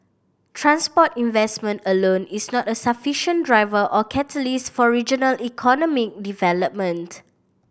transport investment alone is not a sufficient driver or catalyst for regional economy development